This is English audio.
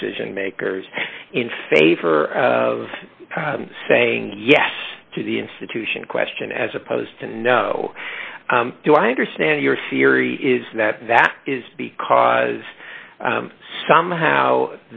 decision makers in favor of saying yes to the institution question as opposed to no do i understand your theory is that that is because somehow